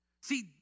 See